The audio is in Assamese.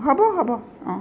হ'ব হ'ব অঁ